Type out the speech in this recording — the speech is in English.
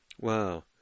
Wow